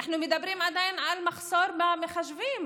אנחנו מדברים עדיין על מחסור במחשבים